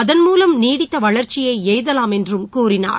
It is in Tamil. அதன் மூலம் நீடித்தவளா்ச்சியைஎய்தலாம் என்றும் கூறினார்